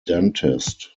dentist